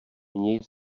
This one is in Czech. měj